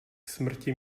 smrti